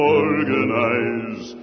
organize